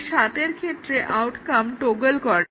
এই সাতের ক্ষেত্রে আউটকাম টগল করে